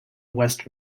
west